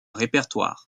répertoire